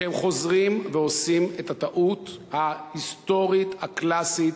שהם חוזרים ועושים את הטעות ההיסטורית הקלאסית